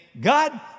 God